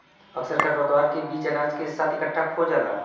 अक्सर खरपतवार के बीज अनाज के साथ इकट्ठा खो जाला